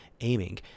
aiming